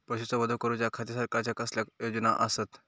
पशुसंवर्धन करूच्या खाती सरकारच्या कसल्या योजना आसत?